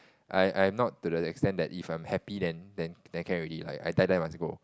I I not to the extent that if I'm happy then then then can already I die die must go